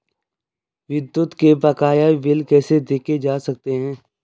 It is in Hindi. विद्युत के बकाया बिल कैसे देखे जा सकते हैं?